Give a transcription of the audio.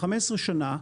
15 שנים,